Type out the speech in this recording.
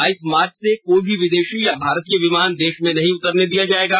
बाईस मार्च से कोई भी विदेशी या भारतीय विमान देश में नहीं उतरने दिया जाएगा